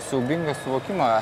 siaubingą suvokimą